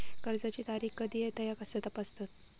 कर्जाची तारीख कधी येता ह्या कसा तपासतत?